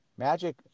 Magic